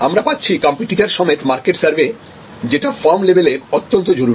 আমরা পাচ্ছি কম্পিটিটর সমেত মার্কেট সার্ভে যেটা ফার্ম লেভেলে অত্যন্ত জরুরী